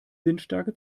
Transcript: windstärke